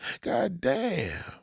Goddamn